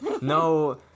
No